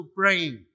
praying